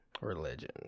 Religion